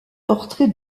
portraits